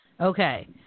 Okay